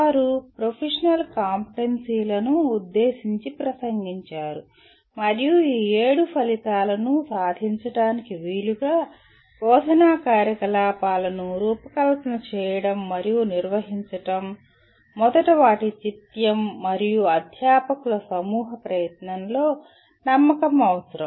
వారు ప్రొఫెషనల్ కాంపిటెన్సీలను ఉద్దేశించి ప్రసంగించారు మరియు ఈ ఏడు ఫలితాలను సాధించడానికి వీలుగా బోధనా కార్యకలాపాలను రూపకల్పన చేయడం మరియు నిర్వహించడం మొదట వాటి చిత్యం మరియు అధ్యాపకుల సమూహ ప్రయత్నంలో నమ్మకం అవసరం